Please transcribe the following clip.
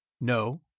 No